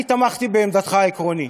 אני תמכתי בעמדתך העקרונית.